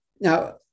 now